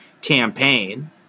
campaign